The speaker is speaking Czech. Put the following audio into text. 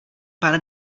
pane